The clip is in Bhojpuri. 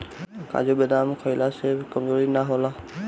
काजू बदाम खइला से कमज़ोरी ना होला